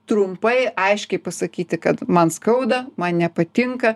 trumpai aiškiai pasakyti kad man skauda man nepatinka